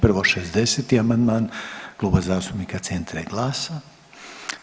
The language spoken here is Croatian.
Prvo 60. amandman Kluba zastupnika CENTRA i GLAS-a.